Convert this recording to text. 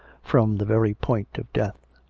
from the very point of death.